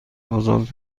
بزرگ